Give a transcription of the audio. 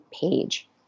page